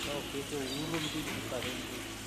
Chao kete uhuru mbili ni ka rembwe.